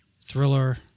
Thriller